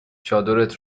چادرت